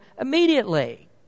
immediately